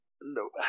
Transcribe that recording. no